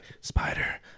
spider